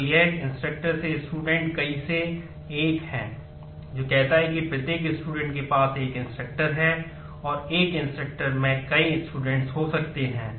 तो यह इंस्ट्रक्टर हो सकते हैं